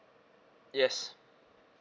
yes